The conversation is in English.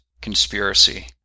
conspiracy